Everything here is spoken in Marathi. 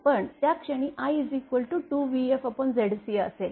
पण त्या क्षणी i 2vfZc असेल